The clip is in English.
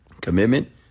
commitment